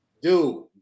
Dude